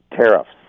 tariffs